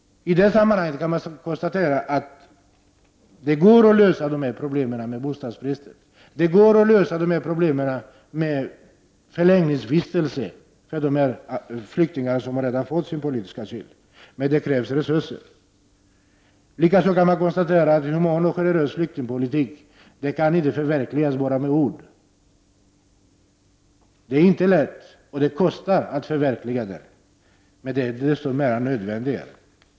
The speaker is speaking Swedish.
I detta sammanhang kan konstateras att det går att lösa problemen med bostadsbristen och förläggningsvistelsen för de flyktingar som fått politisk asyl, men det kräver resurser. En human och generös flyktingpolitik kan inte förverkligas med bara ord. Det är inte lätt att förverkliga den, och det kostar pengar. Men det är nödvändigt.